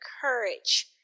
courage